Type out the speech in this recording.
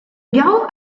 garrot